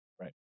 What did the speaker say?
Right